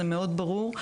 זה מאוד ברור.